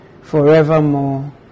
forevermore